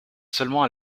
seulement